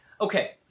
Okay